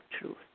truth